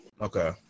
Okay